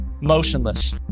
motionless